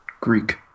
greek